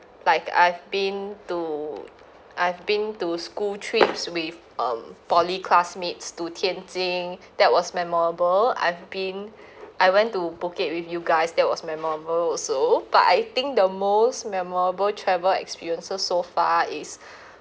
like I've been to I've been to school trips with um poly classmates to tian jing that was memorable I've been I went to phuket with you guys that was memorable also but I think the most memorable travel experiences so far is